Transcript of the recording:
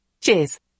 Cheers